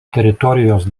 teritorijos